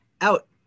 out